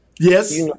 Yes